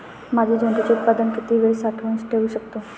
माझे झेंडूचे उत्पादन किती वेळ साठवून ठेवू शकतो?